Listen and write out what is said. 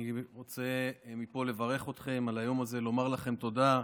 אני רוצה מפה לברך אתכם על היום הזה ולומר לכם תודה.